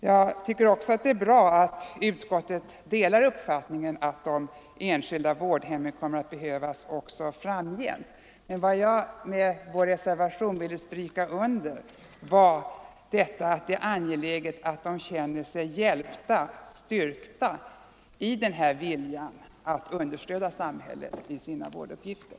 Jag tycker att det är bra att utskottet delar uppfattningen att de enskilda vårdhemmen kommer att behövas också framgent. Vad vi med vår reservation ville stryka under var att det är angeläget att de känner sig hjälpta och styrkta i sin vilja att understödja samhället i dess vårduppgifter.